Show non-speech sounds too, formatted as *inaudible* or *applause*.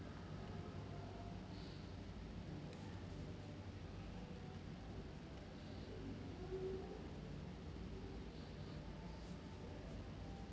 *breath*